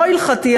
לא ההלכתי,